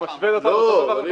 אתה משווה --- תלוי